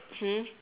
hmm